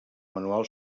manual